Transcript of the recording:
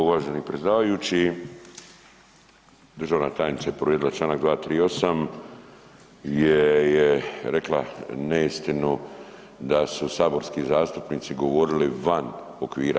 Uvaženi predsjedavajući, državna tajnica je povrijedila članak 238. gdje je rekla neistinu da su saborski zastupnici govorili van okvira.